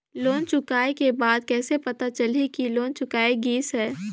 Loan चुकाय के बाद कइसे पता चलही कि लोन चुकाय गिस है?